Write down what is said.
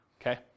okay